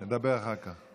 לא משנה, נדבר אחר כך.